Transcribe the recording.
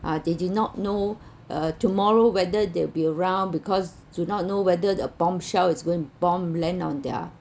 uh they do not know uh tomorrow whether they'll be around because do not know whether the bombshell is going to bomb land on their